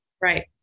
Right